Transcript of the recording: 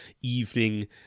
evening